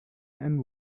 and